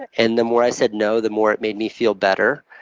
and the more i said no, the more it made me feel better.